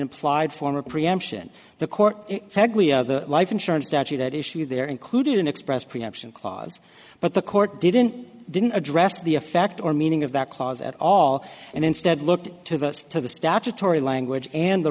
implied form of preemption the court had the life insurance statute at issue there included an express preemption clause but the court didn't didn't address the effect or meaning of that clause at all and instead looked to the to the statutory language and the